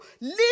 leave